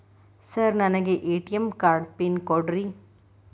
Sir ನನಗೆ ATM card PIN ಕೊಡ್ರಿ?